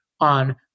on